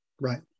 right